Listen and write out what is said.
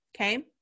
okay